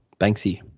banksy